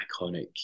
iconic